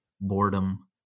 boredom